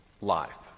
life